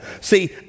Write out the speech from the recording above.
See